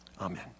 Amen